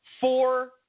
four